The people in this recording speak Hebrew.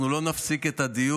אנחנו לא נפסיק את הדיון,